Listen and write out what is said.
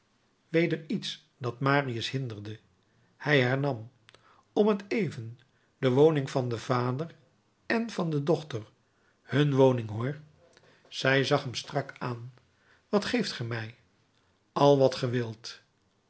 weder iets dat marius hinderde hij hernam om t even de woning van den vader en van de dochter hun woning hoor zij zag hem strak aan wat geeft ge mij al wat